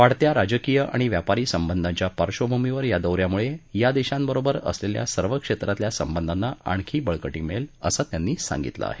वाढत्या राजकीय आणि व्यापारी संबंधाच्या पार्श्वभूमीवर या दौऱ्यामुळे या देशांबरोबर असलेल्या सर्व क्षेत्रातल्या संबंधाना आणखी बळकटी मिळेल असं त्यांनी सांगितलं आहे